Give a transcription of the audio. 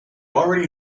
already